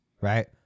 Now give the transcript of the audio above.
right